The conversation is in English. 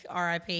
RIP